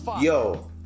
yo